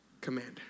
commander